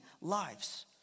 lives